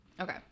okay